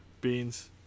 Beans